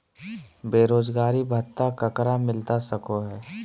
बेरोजगारी भत्ता ककरा मिलता सको है?